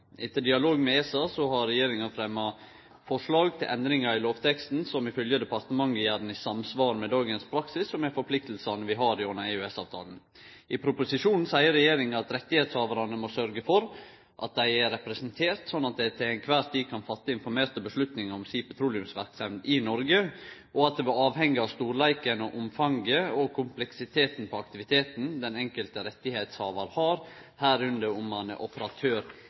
Etter dialog med ESA har regjeringa fremma forslag til endringar i lovteksten som, ifølgje departementet, gjer at han er i samsvar med dagens praksis og med forpliktingane vi har gjennom EØS-avtalen. I proposisjonen seier regjeringa at rettshavarane må sørgje for at dei er representerte, slik at dei til kvar tid kan ta informerte avgjerder om si petroleumsverksemd i Noreg, og at det vil avhenge av storleiken, omfanget og kompleksiteten på aktiviteten den enkelte rettshavar har, medrekna om han er operatør